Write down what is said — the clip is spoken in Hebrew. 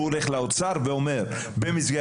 הוא הולך לאוצר ואומר: "במסגרת